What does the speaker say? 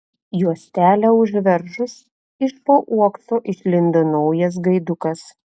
juostelę užveržus iš po uokso išlindo naujas gaidukas